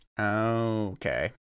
okay